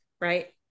Right